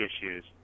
issues